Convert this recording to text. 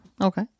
Okay